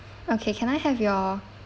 okay can I have your